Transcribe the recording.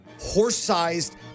horse-sized